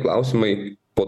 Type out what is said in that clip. klausimai po